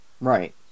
right